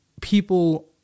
people